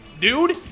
Dude